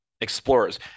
explorers